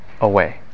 away